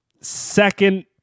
second